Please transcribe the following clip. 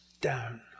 down